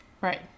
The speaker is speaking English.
right